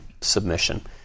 submission